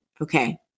okay